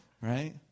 right